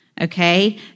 okay